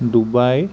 Dubai